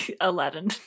Aladdin